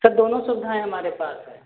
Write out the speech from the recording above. sir दोनों सुविधाएँ हमारे पास है